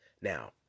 now